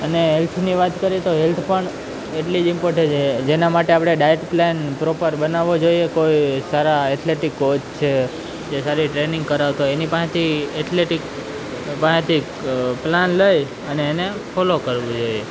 અને હેલ્થની વાત કરીએ તો હેલ્થ પણ એટલી જ ઇમ્પોર્ટન્ટ છે જેના માટે આપણે ડાયટ પ્લાન પ્રોપર બનાવવો જોઈએ કોઈ સારા એથ્લેટિક કોચ છે જે સારી ટ્રેનિંગ કરાવતા હોય એની પાસેથી એથ્લેટિક પાસેથી પ્લાન લઈ અને એને ફોલો કરવું જોએ